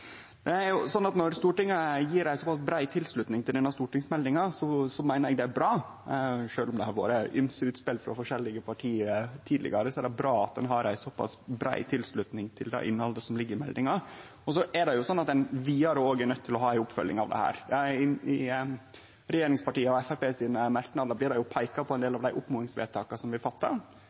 Når Stortinget gjev ei så brei tilslutning til denne stortingsmeldinga, meiner eg det er bra. Sjølv om det har vore ymse utspel frå forskjellige parti tidlegare, er det bra at ein har ei såpass brei tilslutning til innhaldet i meldinga. Men ein er òg vidare nøydd til å ha ei oppfølging av dette. I merknadene frå regjeringspartia og Framstegspartiet blir det peika på ein del av dei oppmodingsvedtaka som blir gjorde. Framstegspartiet har vore med på at vi